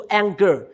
anger